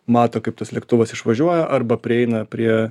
mato kaip tas lėktuvas išvažiuoja arba prieina prie